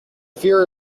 fear